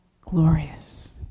glorious